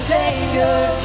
Savior